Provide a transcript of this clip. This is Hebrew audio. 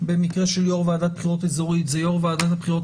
במקרה של יו"ר ועדת בחירות אזורית זה יו"ר ועדת הבחירות